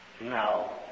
No